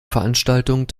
veranstaltung